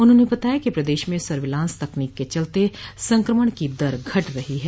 उन्होंने बताया कि प्रदेश में सर्विलांस तकनीक के चलते संक्रमण की दर घट रही है